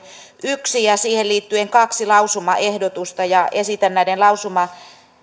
yksi ja siihen liittyen kaksi lausumaehdotusta ja esitän näiden